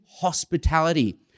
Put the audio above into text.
hospitality